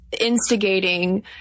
instigating